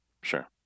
sure